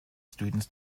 students